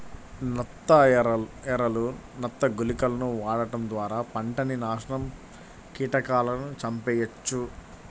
నత్త ఎరలు, నత్త గుళికలను వాడటం ద్వారా పంటని నాశనం కీటకాలను చంపెయ్యొచ్చు